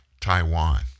Taiwan